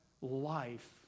life